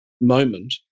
moment